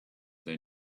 they